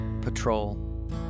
patrol